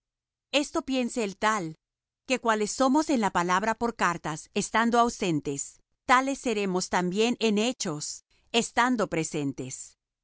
esto piense el tal que cuales somos en la palabra por cartas estando ausentes tales seremos también en hechos estando presentes